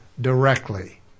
directly